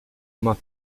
uma